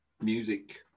music